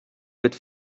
wird